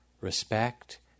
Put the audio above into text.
respect